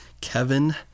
Kevin